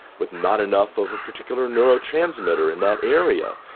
with not enough of a particular neurotransmitter in that area.